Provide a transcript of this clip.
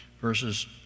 Verses